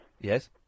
Yes